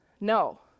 No